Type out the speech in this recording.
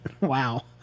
Wow